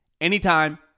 anytime